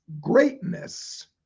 greatness